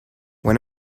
when